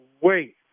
wait